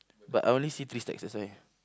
but I only see three stacks that's why